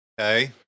Okay